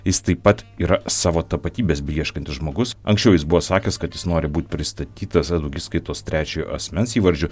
jis taip pat yra savo tapatybės beieškantis žmogus anksčiau jis buvo sakęs kad jis nori būti pristatytas daugiskaitos trečiojo asmens įvardžiu